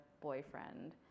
boyfriend